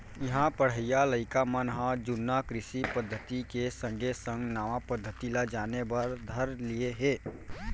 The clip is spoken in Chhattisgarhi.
इहां पढ़इया लइका मन ह जुन्ना कृषि पद्धति के संगे संग नवा पद्धति ल जाने बर धर लिये हें